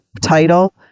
title